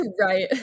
Right